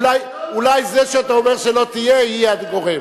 אולי זה שאתה אומר שלא תהיה זה הגורם.